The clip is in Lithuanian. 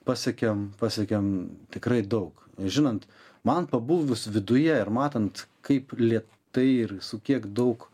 pasiekėm pasiekėm tikrai daug žinant man pabuvus viduje ir matant kaip lėtai ir su kiek daug